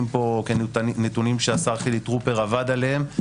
הנתונים פה כנתונים שהשר חילי טרופר עבד עליהם,